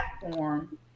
platform